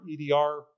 EDR